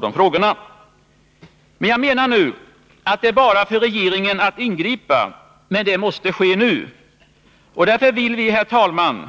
Det är nu bara för regeringen att ingripa — men det måste ske nu. Därför vill vi, herr talman,